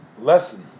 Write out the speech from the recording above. lesson